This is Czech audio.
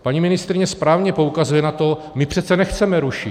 Paní ministryně správně poukazuje na to, my přece nechceme rušit.